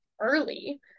early